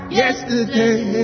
yesterday